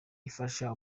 ifasha